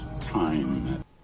time